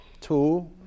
two